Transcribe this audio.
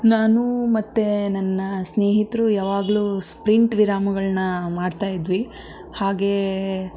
ನಾನು ಮತ್ತು ನನ್ನ ಸ್ನೇಹಿತರು ಯಾವಾಗಲೂ ಸ್ಪ್ರಿಂಟ್ ವಿರಾಮಗಳನ್ನ ಮಾಡ್ತಾಯಿದ್ವಿ ಹಾಗೇ